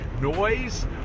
noise